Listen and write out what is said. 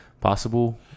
possible